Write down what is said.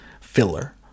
filler